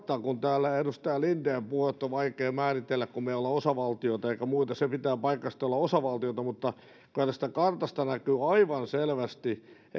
kun täällä edustaja linden puhui että on vaikea määritellä kun ei olla osavaltioita eikä muita niin se pitää paikkansa ettei olla osavaltioita mutta kyllä tästä kartasta näkyy aivan selvästi